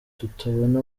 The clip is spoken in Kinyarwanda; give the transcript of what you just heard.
tutabona